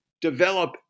develop